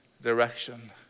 direction